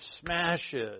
smashes